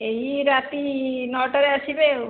ଏଇ ରାତି ନଅଟା ରେ ଆସିବେ ଆଉ